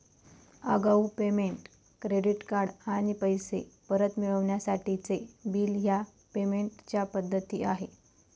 आगाऊ payment, credit card आणि पैसे परत मिळवण्यासाठीचे बिल ह्या पेमेंट च्या पद्धती आहे